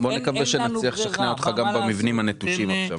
בוא נקווה שנצליח לשכנע אותך גם במבנים הנטושים עכשיו.